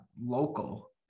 local